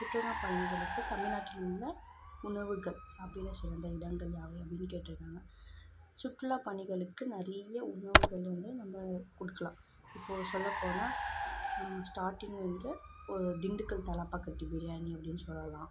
சுற்றுலா பயணிகளுக்கு தமிழ்நாட்டில் உள்ள உணவுகள் சாப்பிட சிறந்த இடங்கள் யாவை அப்படின்னு கேட்டுருக்காங்க சுற்றுலா பணிகளுக்கு நிறைய உணவுகள் வந்து நம்ம கொடுக்கலாம் இப்போது சொல்லப்போனால் ஸ்டார்ட்டிங் வந்து ஒரு திண்டுக்கல் தலப்பாக்கட்டி பிரியாணி அப்படின்னு சொல்லலாம்